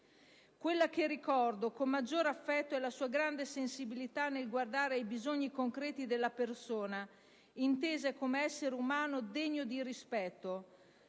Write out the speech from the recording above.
Ciò che ricordo con maggior affetto è la sua grande sensibilità nel guardare ai bisogni concreti della persona, intesa come essere umano degno di rispetto.